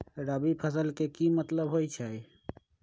रबी फसल के की मतलब होई छई?